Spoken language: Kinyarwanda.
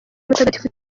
mutagatifu